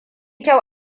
kyau